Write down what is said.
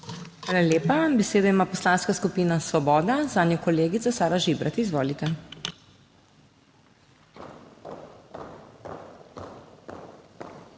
Hvala lepa. Besedo ima Poslanska skupina Svoboda, zanjo kolegica Sara Žibrat. Izvolite.